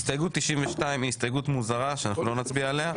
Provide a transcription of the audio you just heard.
הסתייגות 92 היא הסתייגות מוזרה שאנחנו לא נצביע עליה.